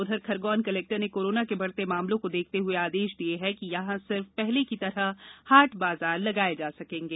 उधर खरगौन कलेक्टर ने कोरोना के बढ़ते मामलों को देखते हुए आदेश दिए हैं कि यहां सिर्फ पहले की तरह हाट बाजार लगाए जा सकेंगे